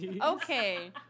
Okay